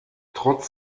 trotz